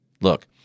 Look